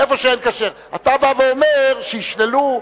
אתה בא ואומר: שישללו.